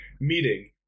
meeting